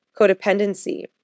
codependency